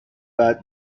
بعد